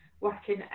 working